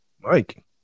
Mike